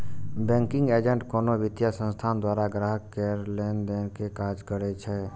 banking agent कोनो वित्तीय संस्थान द्वारा ग्राहक केर लेनदेन के काज करै छै